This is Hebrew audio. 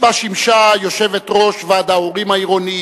שבה שימשה יושבת-ראש ועד ההורים העירוני